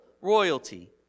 royalty